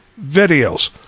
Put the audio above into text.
videos